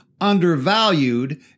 undervalued